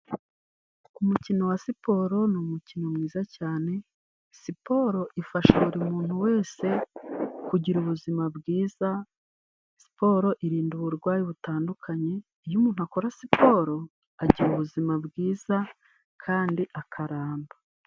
Umukino wa siporo ni umukino mwiza cyane. Siporo ifasha buri muntu wese kugira ubuzima bwiza. Siporo irinda uburwayi butandukanye. Iyo umuntu akora siporo agira ubuzima bwiza kandi akaramba.